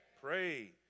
Pray